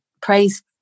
praise